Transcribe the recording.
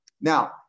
Now